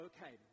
Okay